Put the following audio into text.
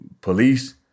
Police